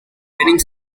winning